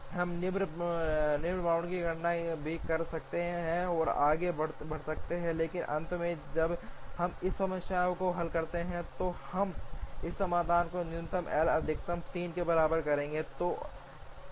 हम निम्न बाउंड की गणना भी कर सकते हैं और आगे बढ़ सकते हैं लेकिन अंत में जब हम इस समस्या को हल करते हैं तो हम इस समाधान को न्यूनतम L अधिकतम 3 के बराबर करेंगे